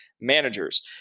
managers